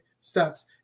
steps